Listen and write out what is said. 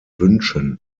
wünschen